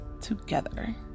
together